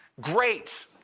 great